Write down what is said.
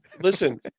Listen